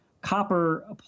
copper